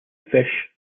fish